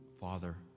Father